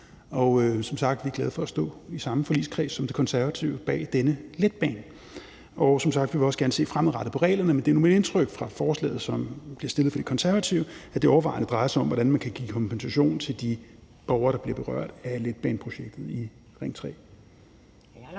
er som sagt glade for at stå i samme forligskreds som De Konservative bag denne letbane. Vi vil som sagt også gerne se fremadrettet på reglerne, men det er nu mit indtryk fra forslaget, som er blevet fremsat af De Konservative, at det overvejende drejer sig om, hvordan man kan give kompensation til de borgere, der bliver berørt af letbaneprojektet i Ring 3.